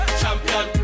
champion